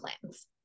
plans